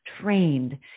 trained